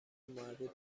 مربوط